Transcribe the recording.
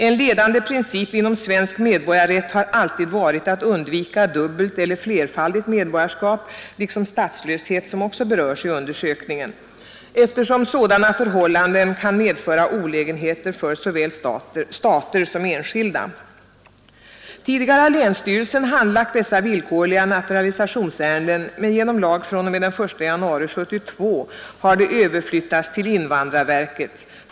En ledande princip inom svensk medborgarrätt har alltid varit att undvika dubbelt eller flerfaldigt medborgarskap — liksom statslöshet, som också berörs i undersökningen — eftersom sådana förhållanden kan medföra olägenheter för såväl stater som enskilda. Tidigare har länsstyrelsen handlagt dessa villkorliga naturalisationsärenden, men genom lag med verkan fr.o.m. den 1 januari 1972 har de överflyttats till invandrarverket.